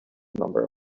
number